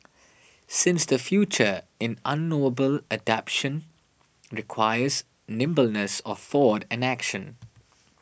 since the future in unknowable adaptation requires nimbleness of thought and action